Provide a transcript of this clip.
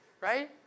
right